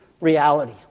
reality